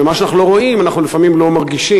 ומה שאנחנו לא רואים אנחנו לפעמים לא מרגישים.